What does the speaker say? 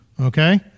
Okay